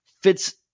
fits